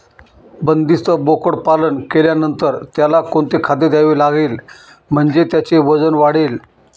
बंदिस्त बोकडपालन केल्यानंतर त्याला कोणते खाद्य द्यावे लागेल म्हणजे त्याचे वजन वाढेल?